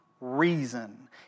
reason